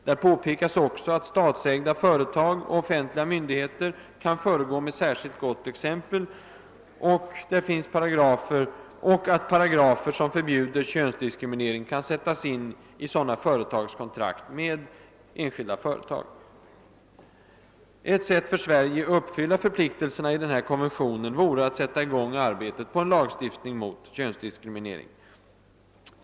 Där påpekas att statsägda företag och offentliga myndigheter kan föregå med särskilt gott exempel, och att paragrafer som förbjuder könsdiskriminering kan sättas in i sådana företags kontrakt med privatägda företag. Ett sätt för Sverige att uppfylla förpliktelserna i denna konvention vore att sätta i gång arbetet på en lagstiftning mot könsdiskriminering.